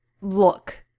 look